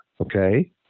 okay